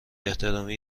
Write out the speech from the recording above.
احترامی